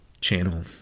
channel